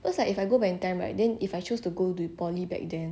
cause like if I go back in time right then if I choose to go to poly back then